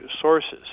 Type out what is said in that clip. sources